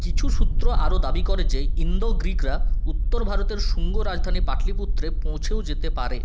কিছু সূত্র আরও দাবি করে যে ইন্দো গ্রীকরা উত্তর ভারতের শুঙ্গ রাজধানী পাটলিপুত্রে পৌঁছেও যেতে পারে